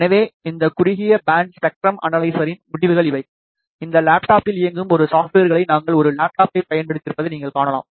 எனவே இந்த குறுகிய பேண்ட் ஸ்பெக்ட்ரம் அனலைசர்ரின் முடிவுகள் இவை இந்த லேப்டாப்பில் இயங்கும் ஒரு சாப்ட்வேர்களை நாங்கள் ஒரு லேப்டாப்பை பயன்படுத்தியிருப்பதை நீங்கள் காணலாம்